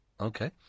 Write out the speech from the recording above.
Okay